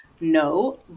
no